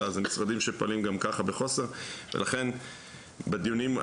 אלא זה משרדים שפועלים גם ככה בחוסר ולכן בדיונים,